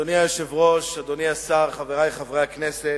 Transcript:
אדוני היושב-ראש, אדוני השר, חברי חברי הכנסת,